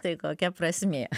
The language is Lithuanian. tai kokia prasmė